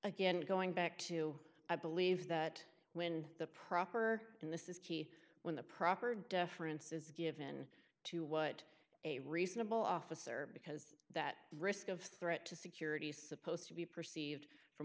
again going back to i believe that when the proper and this is key when the proper deference is given to what a reasonable officer because that risk of threat to security supposed to be perceived from